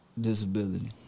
Disability